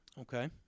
Okay